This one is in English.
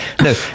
No